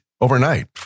overnight